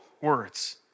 words